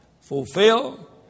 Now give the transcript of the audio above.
fulfill